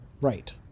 Right